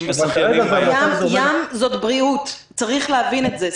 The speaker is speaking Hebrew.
ושחיינים -- ים זאת בריאות וצריך להבין את זה.